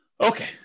Okay